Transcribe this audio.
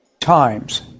Times